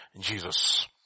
Jesus